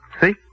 See